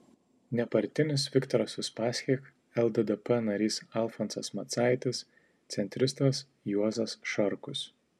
nepartinis viktoras uspaskich lddp narys alfonsas macaitis centristas juozas šarkus